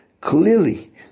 clearly